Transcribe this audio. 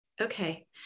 okay